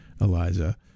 Eliza